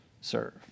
serve